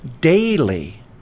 daily